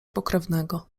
pokrewnego